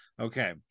okay